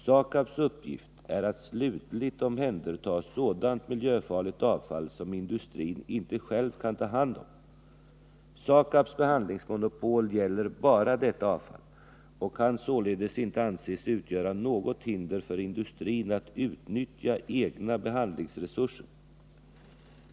SAKAB:s uppgift är att slutligt omhänderta sådant miljöfarligt avfall som industrin själv inte kan ta hand om. SAKAB:s behandlingsmonopol gäller bara detta avfall och kan således inte anses utgöra något hinder för industrin att utnyttja egna behandlingsresurser.